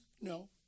No